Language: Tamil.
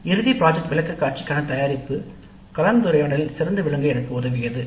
இறுதி திட்ட விளக்கக்காட்சிக்கான தயாரிப்பு கலந்துரையாடலில் சிறந்து விளங்க எனக்கு உதவியது "